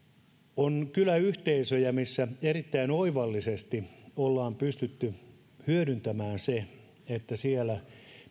on kyläyhteisöjä missä erittäin oivallisesti ollaan pystytty hyödyntämään se että siellä